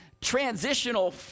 transitional